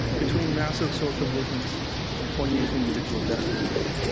between massive social movements and poignant individual destinies.